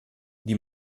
die